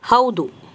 ಹೌದು